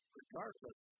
regardless